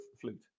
flute